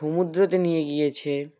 সমুদ্রতে নিয়ে গিয়েছে